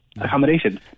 accommodation